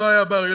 לא היה בר-אילן.